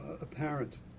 apparent